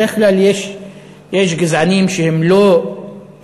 בדרך כלל יש גזענים שהם לא רמאים,